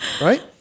right